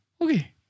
okay